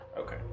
Okay